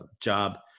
job